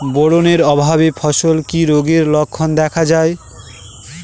Boron এর অভাবে ফসলে কি রোগের লক্ষণ দেখা যায়?